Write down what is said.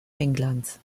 englands